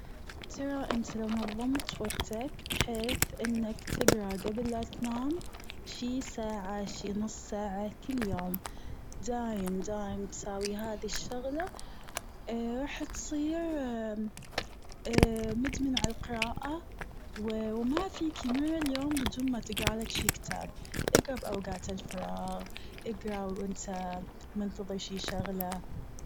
ترى أنت لو نظمت وقتك بحيث إنك تقرأ قبل لا تنام شي ساعة شي نص ساعة كل يوم دائم دائم تساوي هذي الشغلة راح تصير مدمن على القراءة و ما في كيمان يوم بدون ما تقرأ لك شي كتاب، أقرأ باوقات الفراغ، أقرأ وأنت منتظر شي شغلة.